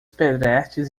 pedestres